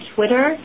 Twitter